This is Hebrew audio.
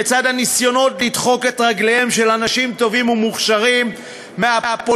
לצד הניסיונות לדחוק את רגליהם של אנשים טובים ומוכשרים מהפוליטיקה,